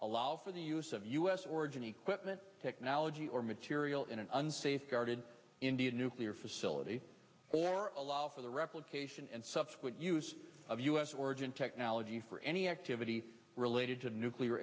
allow for the use of u s origin equipment technology or material in an unsafe guarded indian nuclear facility or allow for the replication and subsequent use of u s origin technology for any activity related to nuclear